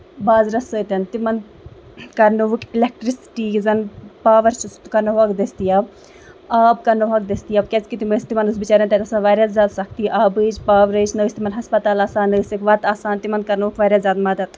بازرَس سۭتۍ تِمن کرنووُکھ اِلیکٹریسٹی یُس زَن پاور چھُ سُہ تہِ کرنوہکھ دٔستِیاب آب کرنوہَکھ دٔستِیاب کیازِ کہِ تِم ٲسۍ تِمن اوس بِچارٮ۪ن تَتنس واریاہ زیادٕ سختی آبٕچ پاورٕچ نہ ٲسۍ تِمن ہَسپتال آسان نہ ٲسِکھ وتھ آسان تِمن کرنووُکھ واریاہ زیادٕ مدد